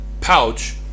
pouch